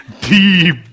deep